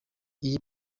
iyi